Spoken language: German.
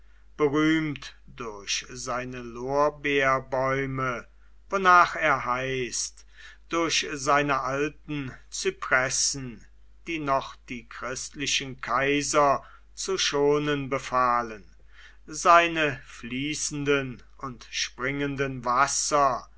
berühmt durch seine lorbeerbäume wonach er heißt durch seine alten zypressen die noch die christlichen kaiser zu schonen befahlen seine fließenden und springenden wasser